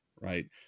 right